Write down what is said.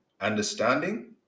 understanding